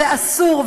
ואסור,